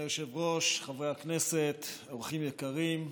אדוני היושב-ראש, חברי הכנסת, אורחים יקרים,